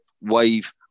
wave